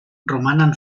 romanen